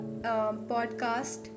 podcast